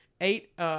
Eight